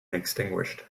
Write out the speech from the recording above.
extinguished